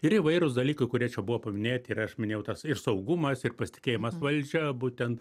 ir įvairūs dalykai kurie čia buvo paminėti ir aš minėjau tas ir saugumas ir pasitikėjimas valdžia būtent